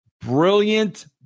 brilliant